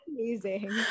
amazing